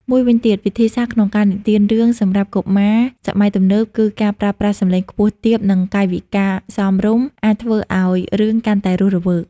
មួយវិញទៀត វិធីសាស្រ្តក្នុងការនិទានរឿងសម្រាប់កុមារសម័យទំនើប គឺការប្រើប្រាស់សម្លេងខ្ពស់ទាប និងកាយវិការសមរម្យ អាចធ្វើឱ្យរឿងកាន់តែរស់រវើក។